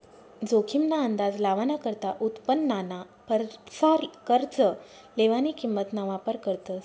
जोखीम ना अंदाज लावाना करता उत्पन्नाना परसार कर्ज लेवानी किंमत ना वापर करतस